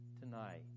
tonight